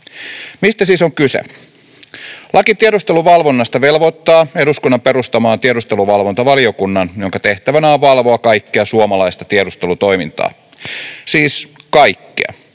Mistä siis on kyse? Laki tiedusteluvalvonnasta velvoittaa eduskunnan perustamaan tiedusteluvalvontavaliokunnan, jonka tehtävänä on valvoa kaikkea suomalaista tiedustelutoimintaa. Siis kaikkea.